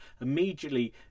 immediately